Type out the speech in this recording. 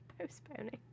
postponing